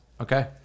Okay